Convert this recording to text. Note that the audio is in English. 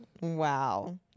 Wow